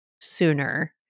sooner